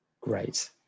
Great